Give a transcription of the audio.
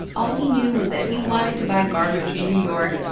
all he knew was that if he wanted to buy garbage in new york,